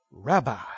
Rabbi